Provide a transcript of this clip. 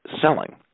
selling –